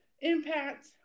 impact